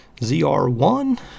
zr1